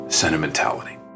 sentimentality